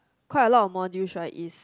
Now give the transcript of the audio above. quite a lot of modules right is